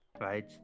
Right